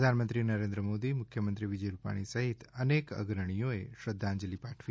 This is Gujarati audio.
પ્રધાનમંત્રી નરેન્દ્ર મોદી મુખ્યમંત્રી વિજય રૂપાણી સહિત અનેક અગ્રણીઓએ શ્રદ્ધાંજલિ પાઠવી